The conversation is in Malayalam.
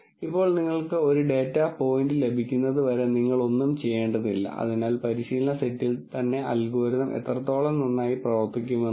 അതിനാൽ നമ്മൾ വലിയ ഡാറ്റയുമായി 2 ഡയമെൻഷനിൽ നിന്ന് മൾട്ടിപ്പിൾ ഡൈമൻഷനുകളിലേക്കാണ് പോകുന്നത് പിന്നെ ചോദ്യം മൾട്ടിപ്പിൾ ഡൈമൻഷനിൽ ഡാറ്റയുടെ ഓർഗനൈസേഷൻ എങ്ങനെ മനസ്സിലാക്കാം എന്നതാണ്